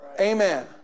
Amen